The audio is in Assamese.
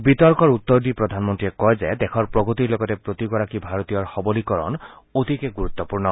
বিতৰ্কৰ উত্তৰ দি প্ৰধানমন্ত্ৰীয়ে কয় যে দেশৰ প্ৰগত্ৰি লগতে প্ৰতিগৰাকী ভাৰতীয়ৰ সৱলীকৰণ অতিকে গুৰুত্বপূৰ্ণ